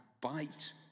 bite